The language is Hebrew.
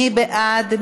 מי בעד?